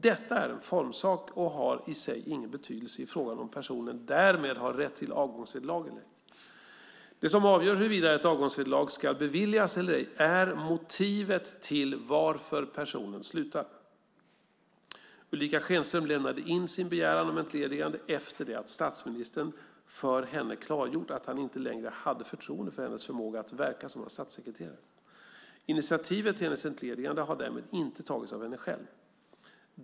Detta är en formsak och har i sig ingen betydelse i frågan om personen därmed har rätt till avgångsvederlag eller ej. Det som avgör huruvida ett avgångsvederlag ska beviljas eller ej är motivet till varför personen slutar. Ulrica Schenström lämnade in sin begäran om entledigande efter det att statsministern för henne klargjort att han inte längre hade förtroende för hennes förmåga att verka som hans statssekreterare. Initiativet till hennes entledigande har därmed inte tagits av henne själv.